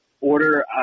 order